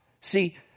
See